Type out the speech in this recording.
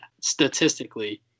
statistically